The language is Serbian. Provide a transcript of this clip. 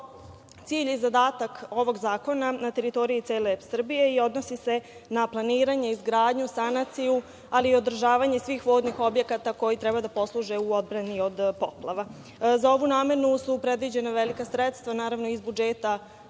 cilj i zadatak ovog zakona na teritoriji cele Srbije i odnosi se na planiranje, izgradnju, sanaciju, ali i održavanje svih vodnih objekata koji treba da posluže u odbrani od poplava. Za ovu namenu su predviđana velika sredstva, naravno, iz budžeta